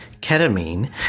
ketamine